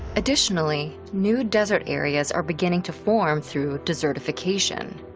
additionally, new desert areas are beginning to form through desertification.